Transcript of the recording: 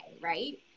right